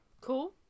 Cool